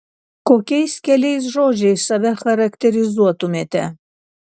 kokiais keliais žodžiais save charakterizuotumėte